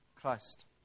Christ